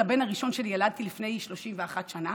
את הבן הראשון שלי ילדתי לפני 31 שנה.